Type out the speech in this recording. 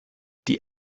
die